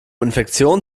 infektionen